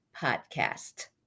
Podcast